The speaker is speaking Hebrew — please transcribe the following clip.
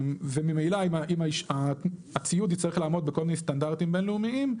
וממילא הציוד יצטרך לעמוד בכל מיני סטנדרטים בינלאומיים,